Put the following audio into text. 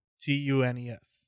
t-u-n-e-s